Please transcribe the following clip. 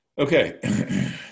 Okay